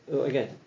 again